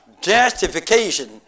justification